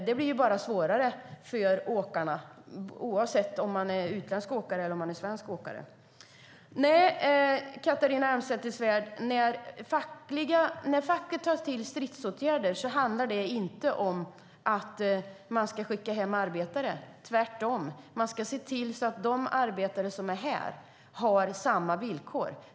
Det blir bara svårare för åkarna, oavsett om de är utländska eller svenska. Nej, Catharina Elmsäter-Svärd, när facket tar till stridsåtgärder handlar det inte om att man ska skicka hem arbetare. Tvärtom ska man se till att de arbetare som är här har samma villkor.